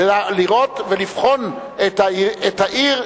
ולראות ולבחון את העיר,